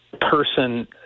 person